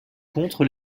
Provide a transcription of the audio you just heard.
contre